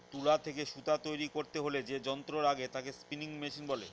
তুলা থেকে সুতা তৈরী করতে হলে যে যন্ত্র লাগে তাকে স্পিনিং মেশিন বলে